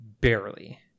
barely